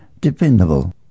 dependable